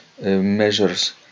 measures